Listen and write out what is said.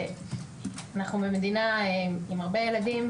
אנחנו במדינה עם הרבה ילדים.